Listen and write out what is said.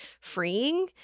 freeing